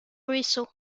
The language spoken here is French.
ruisseaux